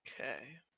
Okay